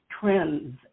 trends